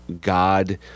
God